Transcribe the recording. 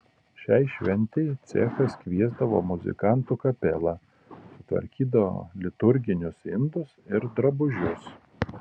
šiai šventei cechas kviesdavo muzikantų kapelą sutvarkydavo liturginius indus ir drabužius